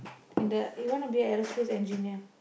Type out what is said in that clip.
in the he want to be a aerospace engineer